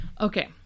Okay